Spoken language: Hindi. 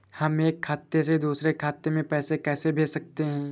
हम एक खाते से दूसरे खाते में पैसे कैसे भेज सकते हैं?